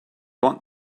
want